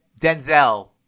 Denzel